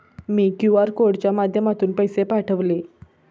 मी QR कोडच्या माध्यमातून पैसे पाठवले